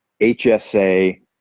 HSA